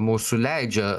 mūsų leidžia